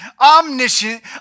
omniscient